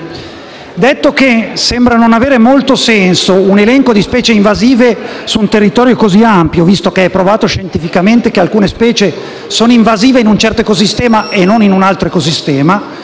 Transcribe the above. detto che sembra non avere molto senso un elenco di specie invasive su un territorio così ampio, visto che è provato scientificamente che alcune specie sono invasive in un certo ecosistema e non in un altro e pertanto